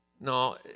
No